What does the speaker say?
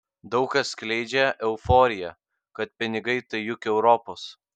daug kas skleidžia euforiją kad pinigai tai juk europos